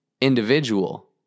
individual